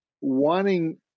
wanting